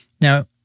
Now